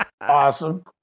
awesome